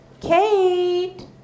Kate